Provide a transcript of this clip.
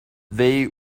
they